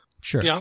Sure